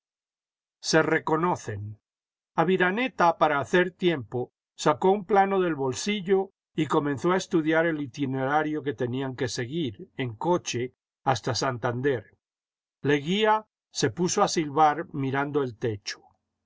se reconocen aviraneta para hacer tiempo sacó un plano del bolsillo y comenzó a estudiar el itinerario que tenían que seguir en coche hasta santander leguía se puso a silbar mirando el techo un